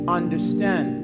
understand